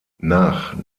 nach